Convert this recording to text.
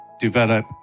develop